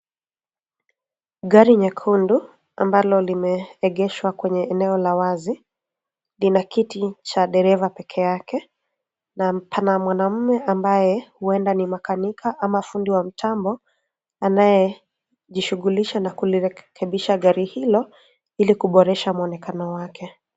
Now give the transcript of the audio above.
Gari nyekundu ambalo limeegeshwa kwenye eneo la wazi lina kiti cha dereva peke yake. Pana mwanaume ambaye huenda ni makanika ama fundi wa mtambo anayejishughulisha na kulirekebisha gari hilo ili kuboresha muonekano wake.